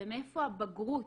ומאיפה הבגרות